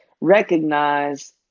recognize